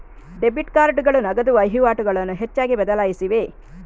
debit ಕಾರ್ಡುಗಳು ನಗದು ವಹಿವಾಟುಗಳನ್ನು ಹೆಚ್ಚಾಗಿ ಬದಲಾಯಿಸಿವೆ